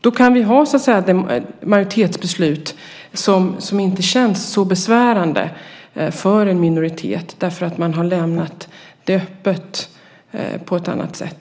Då kan vi ha majoritetsbeslut som inte känns så besvärande för en minoritet därför att man har lämnat det öppet på ett annat sätt.